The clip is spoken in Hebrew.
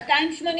זה כסף קטן?